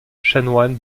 chanoine